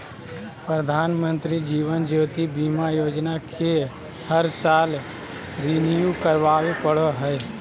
प्रधानमंत्री जीवन ज्योति बीमा योजना के हर साल रिन्यू करावे पड़ो हइ